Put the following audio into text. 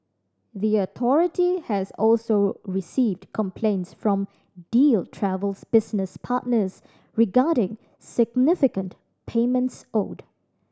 the authority has also received complaints from Deal Travel's business partners regarding significant payments owed